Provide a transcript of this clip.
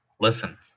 Listen